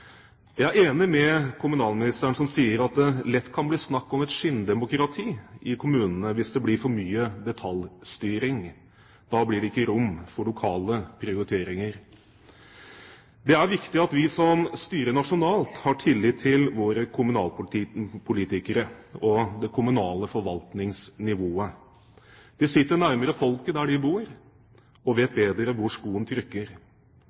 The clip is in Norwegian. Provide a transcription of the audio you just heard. Jeg er enig med kommunalministeren som sier at det lett kan bli snakk om et skinndemokrati i kommunene hvis det blir for mye detaljstyring. Da blir det ikke rom for lokale prioriteringer. Det er viktig at vi som styrer nasjonalt, har tillit til våre kommunalpolitikere, til det kommunale forvaltningsnivået – de sitter nærmere folket der de bor, og vet bedre hvor skoen trykker.